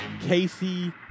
Casey